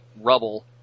rubble